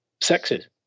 sexes